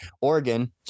Oregon